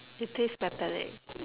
it tastes metallic